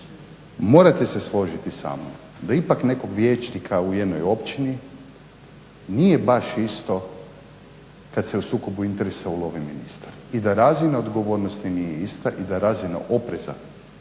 Morate se složiti samnom da ipak jednog vijećnika u jednoj općini nije baš isto kad se o sukobi interesa ulovi ministra i da razina odgovornosti nije ista i da razina opreza